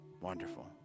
Wonderful